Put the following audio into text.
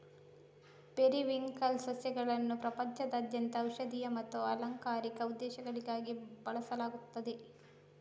periwinkle ಸಸ್ಯಗಳನ್ನು ಪ್ರಪಂಚದಾದ್ಯಂತ ಔಷಧೀಯ ಮತ್ತು ಅಲಂಕಾರಿಕ ಉದ್ದೇಶಗಳಿಗಾಗಿ ಬೆಳೆಸಲಾಗುತ್ತದೆ